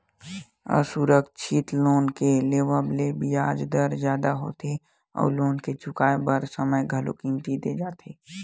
असुरक्छित लोन के लेवब म बियाज दर जादा होथे अउ लोन ल चुकाए बर समे घलो कमती दे जाथे